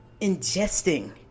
ingesting